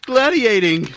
Gladiating